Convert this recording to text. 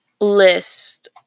list